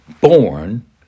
born